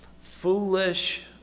foolish